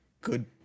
good